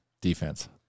defense